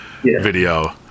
video